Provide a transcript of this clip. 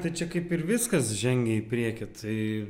tai čia kaip ir viskas žengia į priekį tai